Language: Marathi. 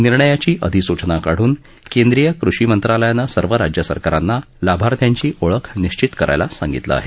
निर्णयाची अधिसूचना काढून केंद्रीय कृषी मंत्रालयान सर्व राज्य सरकारांना लाभार्थ्यांची ओळख निश्चित करायला सांगितलं आहे